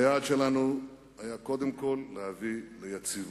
היעד שלנו היה קודם כול להביא ליציבות,